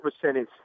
percentage